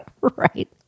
Right